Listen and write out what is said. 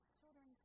children